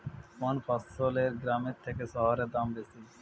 কোন ফসলের গ্রামের থেকে শহরে দাম বেশি?